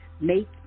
make